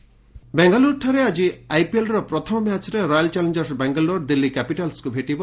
IPL ବେଙ୍ଗାଲୁରୁଠାରେ ଆଜି ଆଇପିଏଲ୍ର ପ୍ରଥମ ମ୍ୟାଚ୍ରେ ରୟାଲ୍ ଚାଲେଞ୍ଜର୍ସ ବାଙ୍ଗାଲୋର ଦିଲ୍ଲୀ କ୍ୟାପିଟାଲ୍ସକୁ ଭେଟିବ